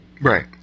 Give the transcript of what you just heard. Right